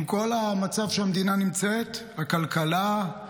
עם כל המצב שבו המדינה נמצאת, הכלכלה, האינפלציה,